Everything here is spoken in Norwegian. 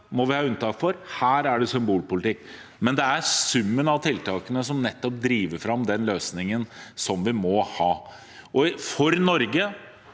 må man ha unntak for, her er det symbolpolitikk. Men det er summen av tiltakene som driver fram den løsningen vi må ha. For Norges